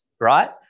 right